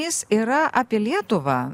jis yra apie lietuvą